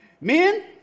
Men